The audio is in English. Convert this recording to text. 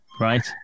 Right